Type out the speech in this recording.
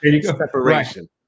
separation